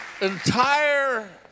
entire